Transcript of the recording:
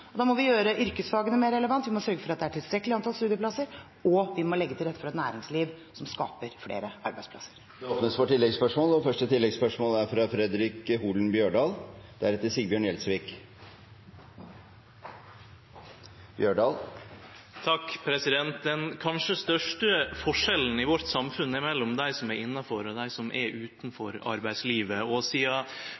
Da må vi gjøre yrkesfagene mer relevante, vi må sørge for at det er et tilstrekkelig antall studieplasser – og vi må legge til rette for et næringsliv som skaper flere arbeidsplasser. Det blir gitt anledning til oppfølgingsspørsmål – først Fredric Holen Bjørdal. Den kanskje største forskjellen i samfunnet vårt er mellom dei som er innanfor, og dei som er